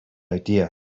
idea